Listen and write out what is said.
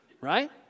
Right